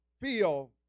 feel